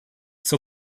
zur